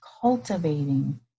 cultivating